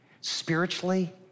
spiritually